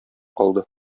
калды